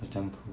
it's damn cool